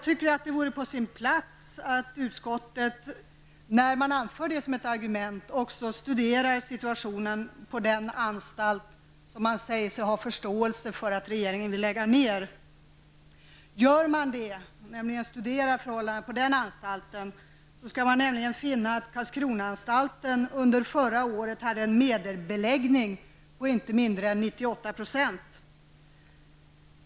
Det vore på sin plats att utskottet när man anför ett sådant argument också studerar situationen på den anstalt som man säger sig ha förståelse för att regeringen vill lägga ned. Studerar man förhållandena på den anstalten, finner man att Karlskronaanstalten under förra året hade en medelbeläggning på inte mindre än 98 %.